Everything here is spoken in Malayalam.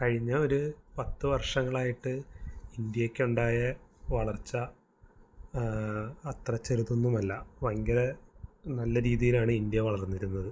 കഴിഞ്ഞ ഒരു പത്തു വർഷങ്ങളായിട്ട് ഇന്ത്യയ്ക്കുണ്ടായ വളർച്ച അത്ര ചെറുതൊന്നുമല്ല ഭയങ്കര നല്ല രീതിയിലാണ് ഇന്ത്യ വളർന്നിരുന്നത്